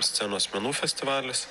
scenos menų festivalis